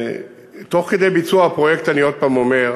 תוך כדי ביצוע הפרויקט, אני עוד הפעם אומר: